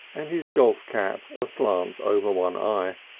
and his golf cap aslant over one eye.